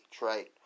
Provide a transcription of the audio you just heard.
right